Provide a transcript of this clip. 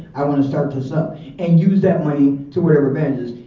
i wanna start this up and use that money to whatever advantages.